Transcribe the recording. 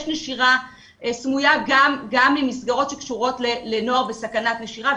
נשירה סמויה גם ממסגרות שקשורות לנוער בסכנת נשירה,